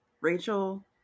Rachel